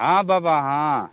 हँ बाबा हँ